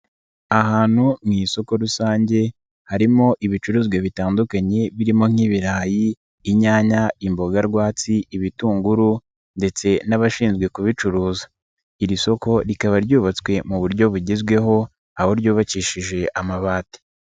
Ahantu mu isoko rusange, harimo ibicuruzwa bitandukanye birimo nk'ibirayi, inyanya, imbogarwatsi, ibitunguru ndetse n'abashinzwe kubicuruza. Iri soko rikaba ryubatswe mu buryo bugezweho, aho ryubakishije amabati.